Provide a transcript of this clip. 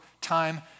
time